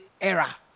era